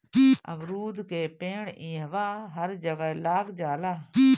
अमरूद के पेड़ इहवां हर जगह लाग जाला